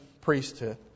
priesthood